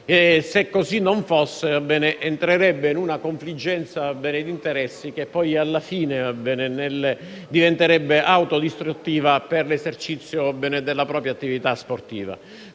se così non fosse, entrerebbe in una confliggenza di interessi che poi alla fine diventerebbe autodistruttiva per l'esercizio della propria attività sportiva.